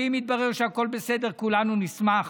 אם יתברר שהכול בסדר, כולנו נשמח.